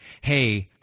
Hey